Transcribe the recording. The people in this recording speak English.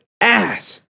ass